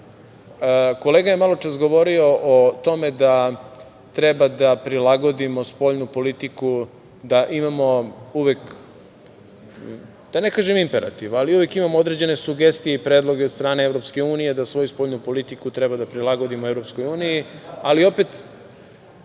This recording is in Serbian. kolega je maločas govorio o tome da treba da prilagodimo spoljnu politiku, da imamo uvek, da ne kažem imperativ, ali uvek imamo određene sugestije i predloge od strane EU da svoju spoljnu politiku treba da prilagodimo EU, ali opet